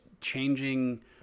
changing